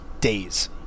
days